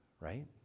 right